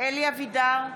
אלי אבידר,